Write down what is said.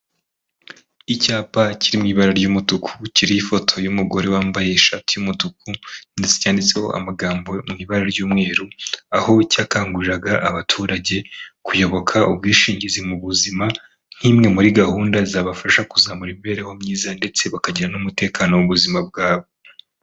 Icyapa kiri mu ibara ry'umutuku, kiriho ifoto y'umugore wambaye ishati y'umutuku ndetse cyanditseho amagambo mu ibara ry'umweru, aho cyakanguriraga abaturage kuyoboka ubwishingizi mu buzima nk'imwe muri gahunda zabafasha kuzamura imibereho myiza ndetse bakagira n'umutekano w'ubuzima bwabo.